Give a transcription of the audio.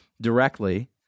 directly